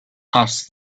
asked